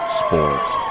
sports